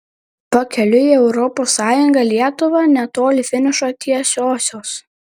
pakeliui į europos sąjungą lietuva netoli finišo tiesiosios